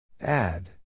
Add